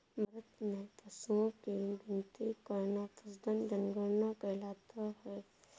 भारत में पशुओं की गिनती करना पशुधन जनगणना कहलाता है